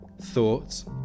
thoughts